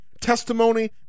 testimony